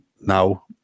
now